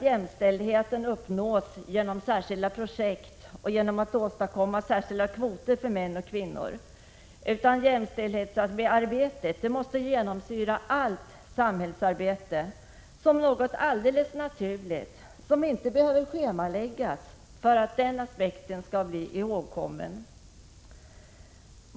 Jämställdheten uppnås inte genom särskilda projekt och genom att man åstadkommer särskilda kvoter för män och kvinnor, utan jämställdhetsarbetet måste genomsyra allt samhällsarbete som något alldeles naturligt, som inte behöver schemaläggas för att den aspekten skall bli ihågkommen.